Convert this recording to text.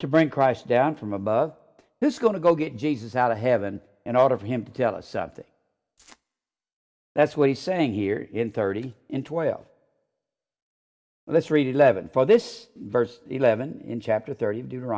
to bring christ down from above this going to go get jesus out of heaven in order for him to tell us something that's what he's saying here in thirty into oil let's read eleven for this verse eleven in chapter thirty d